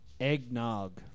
eggnog